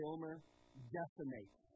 decimates